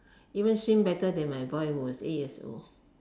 even swim better than my boy who is eight years old